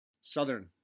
Southern